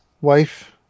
wife